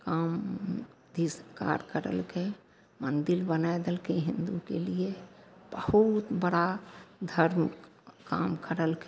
आमभी सरकार काज करेलकै मन्दिर बनै देलकै हिन्दूके एगो बहुत बड़ा घरमे काम करलकै